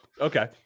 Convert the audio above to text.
Okay